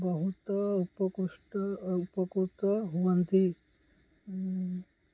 ବହୁତ ଉପକୃତ ହୁଅନ୍ତି